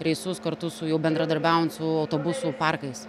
reisus kartu su jau bendradarbiaujant su autobusų parkais